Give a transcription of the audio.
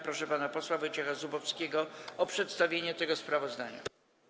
Proszę pana posła Wojciecha Zubowskiego o przedstawienie tego sprawozdania.